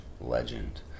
legend